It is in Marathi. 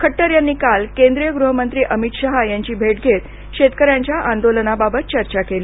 खट्टर यांनी काल केंद्रीय गृहमंत्री अमित शहा यांची भेट घेत शेतकऱ्यांच्या आंदोलनाबाबत चर्चा केली